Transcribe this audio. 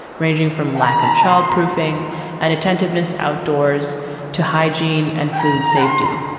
ranging from lack of child proofing and attentiveness outdoors to hygiene and food safety,